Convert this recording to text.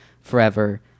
forever